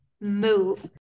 move